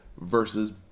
versus